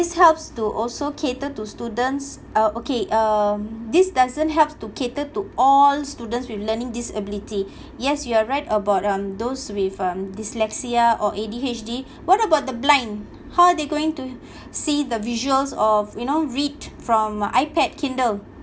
this helps to also cater to students uh okay um this doesn't have to cater to all students with learning disability yes you are right about um those with um dyslexia or A_D_H_D what about the blind how are they going to see the visuals of you know read from my ipad kindle